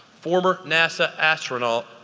former nasa astronaut,